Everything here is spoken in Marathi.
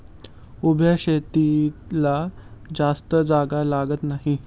उभ्या शेतीला जास्त जागा लागत नाही